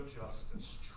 justice